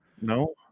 no